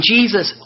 Jesus